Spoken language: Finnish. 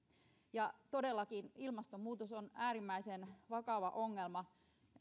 ja todellakin ilmastonmuutos on äärimmäisen vakava ongelma